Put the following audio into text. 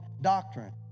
doctrine